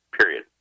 Period